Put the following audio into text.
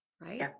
right